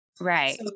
Right